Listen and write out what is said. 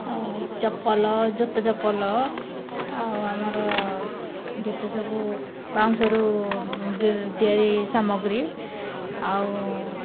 ଆଉ ଚପଲ ଜୋତା ଚପଲ ଆଉ ଆମର ଯେତେ ସବୁ ବାଉଁଶରୁ ତିଆରି ସାମଗ୍ରୀ ଆଉ